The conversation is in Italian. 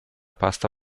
pasta